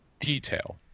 detail